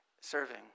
serving